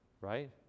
right